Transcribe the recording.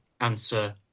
answer